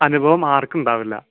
അനുഭവം ആർക്കും ഉണ്ടാവില്ല